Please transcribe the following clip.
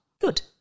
Good